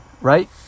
right